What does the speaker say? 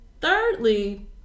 Thirdly